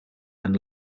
and